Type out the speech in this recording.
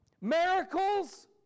Miracles